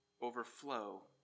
overflow